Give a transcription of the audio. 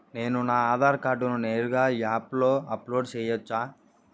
నేను నా ఆధార్ కార్డును నేరుగా యాప్ లో అప్లోడ్ సేయొచ్చా?